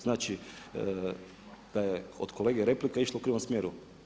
Znači, da je od kolege replika išla u krivom smjeru.